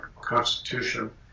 constitution